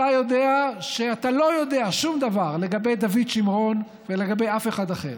אתה יודע שאתה לא יודע שום דבר לגבי דוד שמרון ולגבי אף אחד אחר.